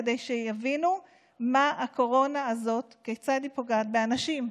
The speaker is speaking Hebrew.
כדי שיבינו מה הקורונה הזאת וכיצד היא פוגעת באנשים.